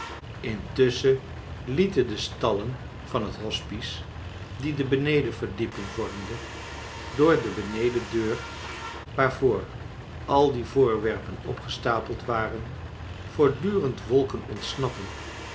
intusschen lieten de stallen van het hospice die de benedenverdieping vormden door de benedendeur waarvoor al die voorwerpen opgestapeld waren voortdurend wolken ontsnappen